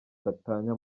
gatanya